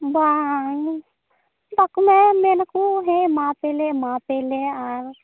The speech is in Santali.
ᱵᱟᱝ ᱫᱟᱜᱢᱮ ᱢᱮᱱᱟᱠᱚ ᱦᱮᱸ ᱮᱢᱟ ᱟᱯᱮᱭᱟᱞᱮ ᱮᱢᱟ ᱟᱯᱮᱭᱟᱞᱮ ᱟᱨ